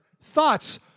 Thoughts